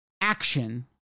action